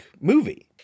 movie